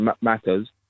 matters